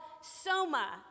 Soma